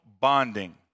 bonding